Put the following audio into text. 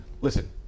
listen